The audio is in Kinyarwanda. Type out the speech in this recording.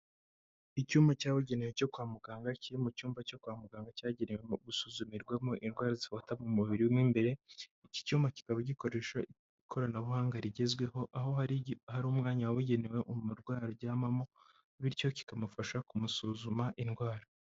Icyuma cyabugenewe cyo kwa muganga, kiri mu cyumba cyo kwa muganga cyagenewe gusuzumirwamo indwara zibata mu mubiri mo imbere, iki cyuma kikaba gikoresha ikoranabuhanga rigezweho, aho hari ari umwanya wabugenewe umurwayi aryamamo, bityo kikamufasha kumusuzuma indwara.